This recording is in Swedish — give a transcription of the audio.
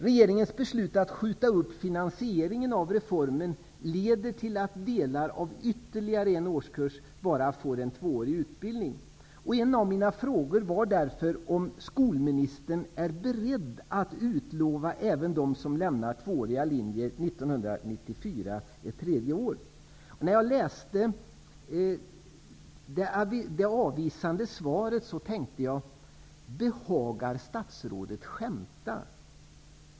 Regeringens beslut att skjuta upp finansieringen av reformen leder till att delar av ytterligare en årskurs bara får en tvåårig utbildning. En av mina frågor var därför om skolministern är beredd att utlova att även de som lämnar tvååriga linjer 1994 får ett tredje år. När jag läste det avvisande svaret tänkte jag: Behagar statsrådet skämta?